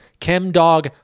Chemdog